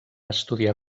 estudiar